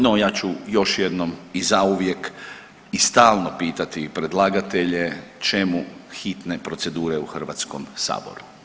No, ja ću još jednom i zauvijek i stalno pitati predlagatelje čemu hitne procedure u Hrvatskom saboru.